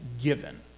given